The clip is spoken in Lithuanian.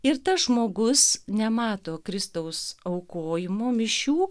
ir tas žmogus nemato kristaus aukojimo mišių